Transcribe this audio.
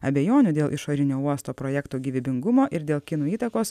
abejonių dėl išorinio uosto projekto gyvybingumo ir dėl kinų įtakos